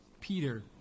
Peter